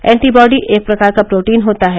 anti body एक प्रकार का प्रोटीन होता है